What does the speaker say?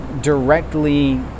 directly